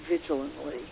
vigilantly